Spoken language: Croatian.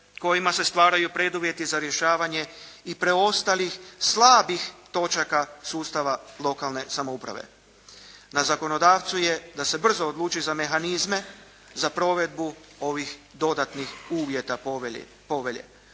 kojima se stvaraju preduvjeti za rješavanje i preostalih slabih točaka sustava lokalne samouprave. Na zakonodavcu je da se brzo odluči za mehanizme za provedbu ovih dodatnih uvjeta povelje.